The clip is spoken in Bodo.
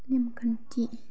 नेमखान्थि